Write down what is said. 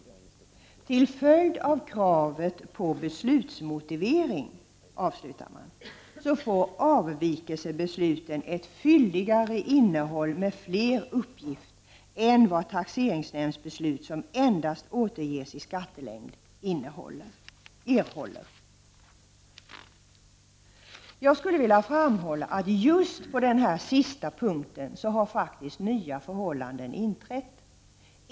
Till följd av kravet på beslutsmotivering får avvikelsebesluten ett fylligare innehåll med fler uppgifter än vad TN-beslut som endast återges i skattelängd erhåller.” Jag skulle vilja framhålla att just på den sista punkten har nya förhållanden inträtt.